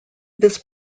this